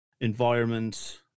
environment